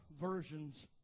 versions